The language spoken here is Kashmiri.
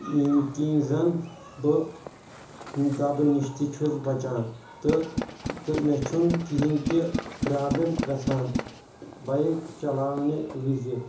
ییٚمہِ کِن زن بہٕ دبہٕ نِش تہِ چھُس بچان تہٕ تہٕ مےٚ چھُنہٕ کہیٖنۍ تہِ پرابلِم گژھان بایِک چلاونہِ وِزِ